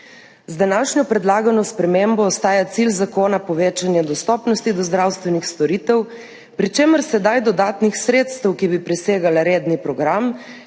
Z današnjo predlagano spremembo ostaja cilj zakona povečanje dostopnosti do zdravstvenih storitev, pri čemer sedaj dodatnih sredstev, ki bi presegala redni program,